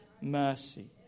mercy